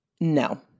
No